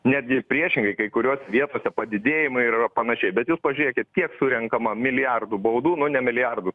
netgi priešingai kai kuriose vietose padidėjimai panašiai bet jūs pažiūrėkit kiek surenkama milijardų baudų nu ne milijardų